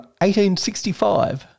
1865